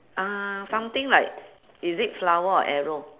uh something like is it flower or arrow